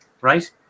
Right